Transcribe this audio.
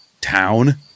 town